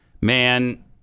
Man